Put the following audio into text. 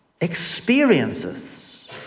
experiences